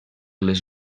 les